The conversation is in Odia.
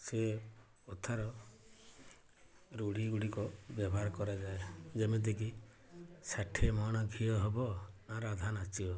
ସେ କଥାର ରୂଢ଼ି ଗୁଡ଼ିକ ବ୍ୟବହାର କରାଯାଏ ଯେମିତି କି ଷାଠିଏ ମହଣ ଘିଅ ହେବ ନା ରାଧା ନାଚିବ